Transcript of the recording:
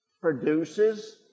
produces